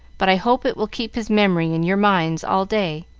but i hope it will keep his memory in your minds all day,